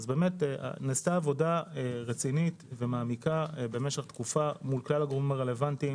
נעשתה עבודה רצינית ומעמיקה משך תקופה ארוכה עם כלל הגורמים הרלוונטיים.